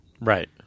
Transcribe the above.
right